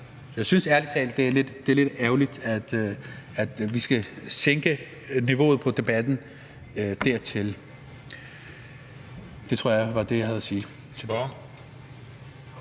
jeg synes ærlig talt, det er lidt ærgerligt, at vi skal sænke niveauet på debatten dertil. Det tror jeg var det, jeg havde at sige.